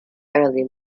early